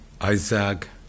Isaac